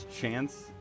chance